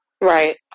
Right